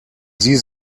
sie